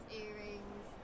earrings